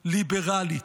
ליברלית,